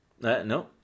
No